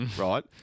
right